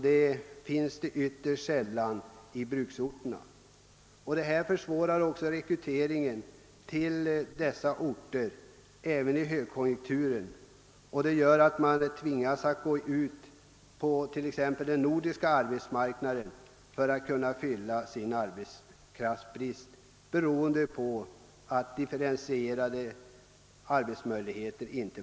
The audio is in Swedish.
Det försvårar rekryteringen av arbetskraft till dessa orter även vid en högkonjunktur. Eftersom differentierade arbetstillfällen inte finns tvingas man gå ut på t.ex. den nordiska arbetsmarknaden för att fylla behovet av arbetskraft.